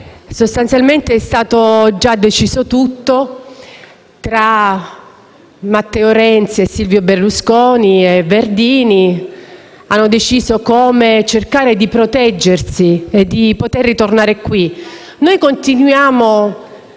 sostanzialmente è già stato deciso tutto; Matteo Renzi, Silvio Berlusconi e Verdini hanno deciso come cercare di proteggersi e poter tornare qui. Noi continuiamo